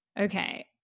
Okay